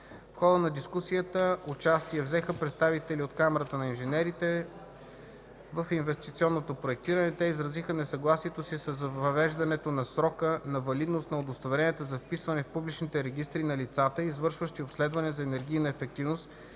В хода на дискусията участие взеха представители от Камарата на инженерите в инвестиционното проектиране. Те изразиха несъгласието си с въвеждането на срока на валидност на удостоверенията за вписване в публичните регистри на лицата, извършващи обследване за енергийна ефективност